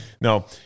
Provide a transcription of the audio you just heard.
No